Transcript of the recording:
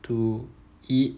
two eat